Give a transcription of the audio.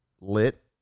lit